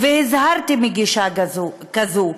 והזהרתי מגישה כזאת.